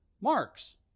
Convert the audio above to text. Marx